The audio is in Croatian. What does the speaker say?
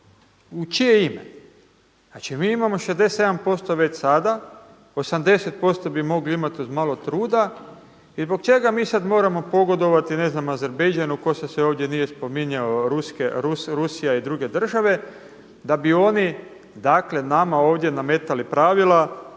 u čije ime. Znači mi imamo 57% već sada, 80% bi mogli imati uz malo truda i zbog čega mi sada moramo pogodovati Azerbajdžanu, tko se sve ovdje nije spominjao, rusija i druge države da bi oni dakle nama ovdje nametali pravila